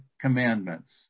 commandments